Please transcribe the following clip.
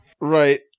Right